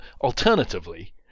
Alternatively